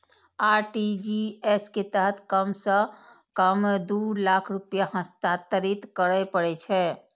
RTGS के तहत कम सं कम दू लाख रुपैया हस्तांतरित करय पड़ै छै